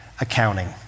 accounting